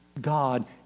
God